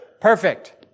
perfect